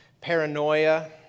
paranoia